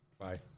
Bye